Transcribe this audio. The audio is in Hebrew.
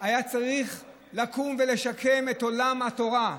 היה צריך לקום ולשקם את עולם התורה,